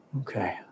Okay